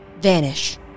vanish